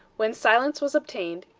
when silence was obtained,